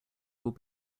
will